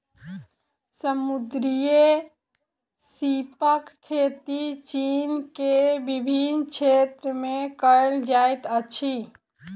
समुद्री सीपक खेती चीन के विभिन्न क्षेत्र में कयल जाइत अछि